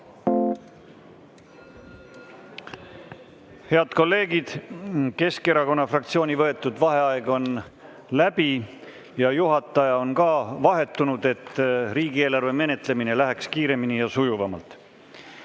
Head kolleegid, Keskerakonna fraktsiooni võetud vaheaeg on läbi ja juhataja on ka vahetunud, et riigieelarve menetlemine läheks kiiremini ja sujuvamalt.